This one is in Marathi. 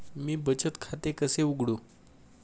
मी बचत खाते कसे उघडू?